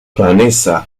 vanessa